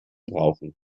brauchen